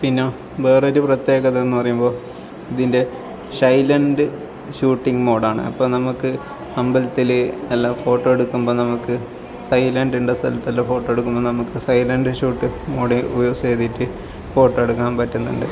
പിന്നെ വേറൊരു പ്രത്യേകത എന്ന് പറയുമ്പോൾ ഇതിൻ്റെ സൈലൻറ്റ് ഷൂട്ടിങ് മോഡാണ് അപ്പം നമുക്ക് അമ്പലത്തിൽ എല്ലാം ഫോട്ടോ എടുക്കുമ്പോൾ നമുക്ക് സൈലൻറ്റ് ഇടേണ്ട സ്ഥലത്തെല്ലാം ഫോട്ടോ എടുക്കുമ്പോൾ നമുക്ക് സൈലൻറ്റ് ഷൂട്ട് മോഡ് യൂസ് ചെയ്തിട്ട് ഫോട്ടോ എടുക്കാൻ പറ്റുന്നുണ്ട്